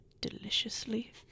deliciously